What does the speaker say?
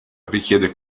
richiede